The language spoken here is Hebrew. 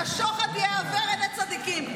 השוחד יעוור עיני צדיקים.